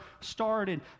started